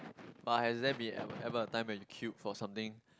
but has there been ever ever a time when you queued for something